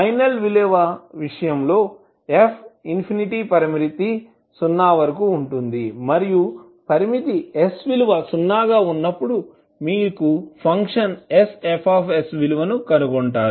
final విలువ విషయంలో f infinity పరిమితి 0 వరకు ఉంటుంది మరియు పరిమితి s విలువ 0 గా ఉన్నప్పుడు మీరు ఫంక్షన్ sFs విలువను కనుగొంటారు